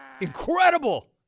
Incredible